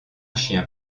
chien